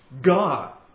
God